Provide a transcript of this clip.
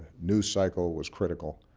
news cycle was critical,